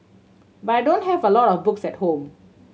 but I don't have a lot of books at home